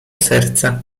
serca